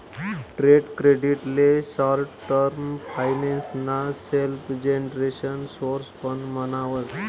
trade credit ले short term finance ना self generation source पण म्हणावस